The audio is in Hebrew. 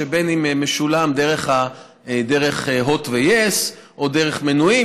שבין שמשולם דרך הוט ויס או דרך מנויים,